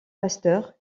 pasteur